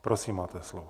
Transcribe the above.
Prosím, máte slovo.